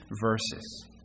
verses